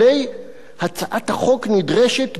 "הצעת החוק נדרשת בדחיפות".